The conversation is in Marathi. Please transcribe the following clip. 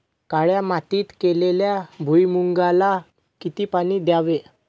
काळ्या मातीत केलेल्या भुईमूगाला किती पाणी द्यावे?